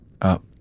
Up